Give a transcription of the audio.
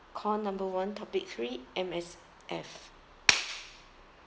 call number one topic three M_S_F